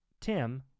Tim